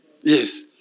Yes